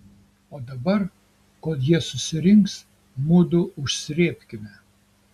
o dabar kol jie susirinks mudu užsrėbkime